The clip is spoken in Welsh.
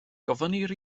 gofynnir